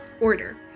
order